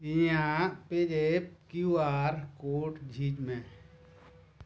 ᱤᱧᱟᱹᱜ ᱯᱤᱨᱮᱠ Q R code ᱡᱷᱤᱡᱽ ᱢᱮ